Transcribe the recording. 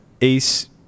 Ace